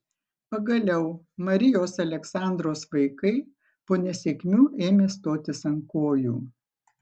pagaliau marijos aleksandros vaikai po nesėkmių ėmė stotis ant kojų